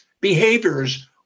behaviors